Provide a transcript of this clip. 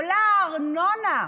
עולה הארנונה,